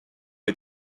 les